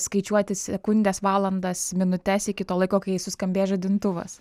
skaičiuoti sekundes valandas minutes iki to laiko kai suskambės žadintuvas